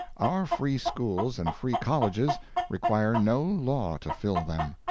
our free schools and free colleges require no law to fill them.